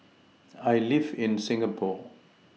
I live in Singapore